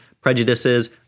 prejudices